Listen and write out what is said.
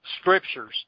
scriptures